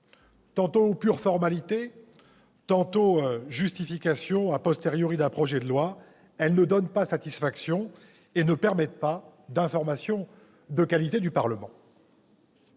Tantôt pures formalités, tantôt justifications d'un projet de loi, elles ne donnent pas satisfaction et ne permettent pas de fournir une information de qualité au Parlement.